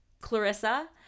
Clarissa